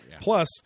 Plus